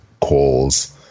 calls